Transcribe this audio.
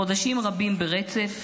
חודשים רבים ברצף.